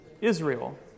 Israel